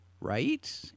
right